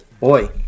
boy